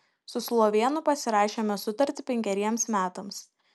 su slovėnu pasirašėme sutartį penkeriems metams